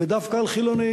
ודווקא על חילונים.